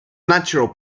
natural